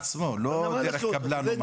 עובד נמל, לא דרך קבלן.